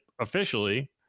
officially